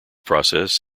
process